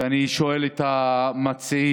ואני שואל את המציעים: